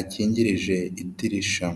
akingirije idirisha.